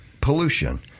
pollution